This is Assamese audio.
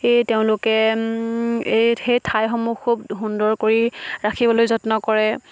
এই তেওঁলোকে এই সেই ঠাইসমূহ খুব সুন্দৰ কৰি ৰাখিবলৈ যত্ন কৰে